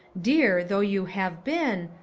dear though you have been,